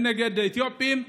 הן נגד אתיופים,